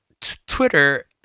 Twitter